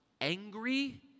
angry